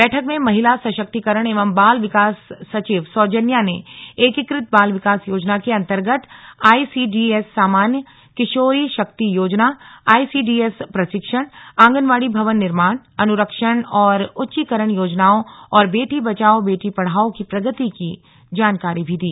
बैठक में महिला सशक्तिकरण एवं बाल विकास सचिव सौजन्या ने एकीकृत बाल विकास योजना के अन्तर्गत आईसीडीएस सामान्य किशोरी शक्ति योजना आईसीडीएस प्रशिक्षण आंगनवाड़ी भवन निर्माण अनुरक्षण और उच्चीकरण योजनाओं और बेटी बचाओ बेटी पढ़ाओ की प्रगति की जानकारी भी दी